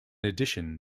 addition